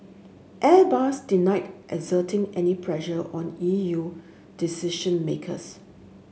Airbus denied exerting any pressure on E U decision makers